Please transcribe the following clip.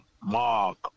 mark